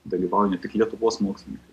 dalyvauja ne tik lietuvos mokslininkai